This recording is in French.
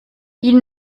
ils